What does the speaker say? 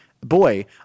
boy